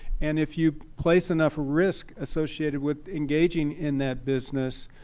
and if you place enough risk associated with engaging in that business,